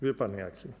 Wie pan jaki.